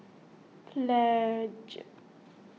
pledge